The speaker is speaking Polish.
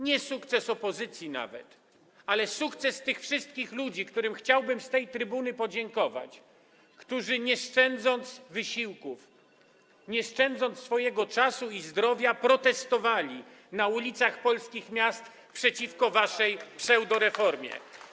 Nie sukces opozycji nawet, ale sukces tych wszystkich ludzi, którym chciałbym z tej trybuny podziękować, którzy nie szczędząc wysiłków, nie szczędząc swojego czasu i zdrowia, protestowali na ulicach polskich miast przeciwko waszej pseudoreformie.